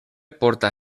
porta